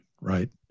right